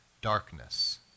darkness